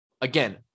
Again